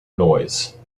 noise